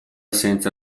senza